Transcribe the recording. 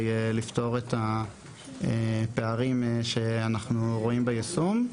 לפתור את הפערים שאנחנו רואים ביישום.